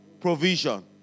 Provision